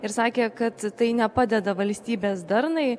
ir sakė kad tai nepadeda valstybės darnai